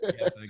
Yes